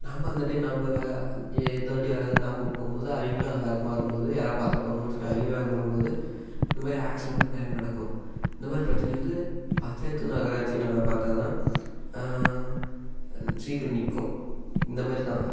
நம்ம அந்த டைம் நம்ம வேக எந்த வண்டியும் வராதுன்னு நாம் போகும்போது அவங்களும் அதே வேகமாக வரும்போது யாராவது பார்த்துர போகிறாங்களோன்னு சொல்லி அவங்க வேகமாக வரும்போது இது மாதிரி ஆக்சிடென்ட் வந்து நிறையா நடக்கும் இந்த மாதிரி பிரச்சினைய வந்து பஞ்சாயத்தும் நகராட்சியும் நல்லா பார்த்தாதான் சீக்கிரம் நிற்கும் இந்த மாதிரிதான்